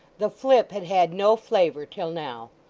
the flip had had no flavour till now.